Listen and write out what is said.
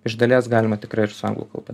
iš dalies galima tikrai ir su anglų kalba